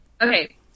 Okay